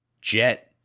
Jet